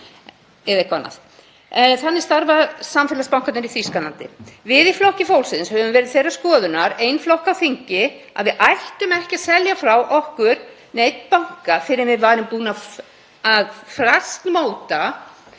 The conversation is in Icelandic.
eða eitthvað annað. Þannig starfa samfélagsbankarnir í Þýskalandi. Við í Flokki fólksins höfum verið þeirrar skoðunar einn flokka á þingi að við ættum ekki að selja frá okkur neinn banka fyrr en við værum búin að fastmóta